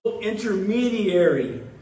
intermediary